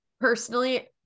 personally